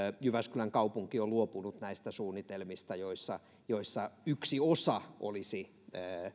jyväskylän kaupunki on luopunut näistä suunnitelmista joissa joissa yksi osa olisi